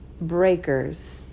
Breakers